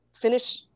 finish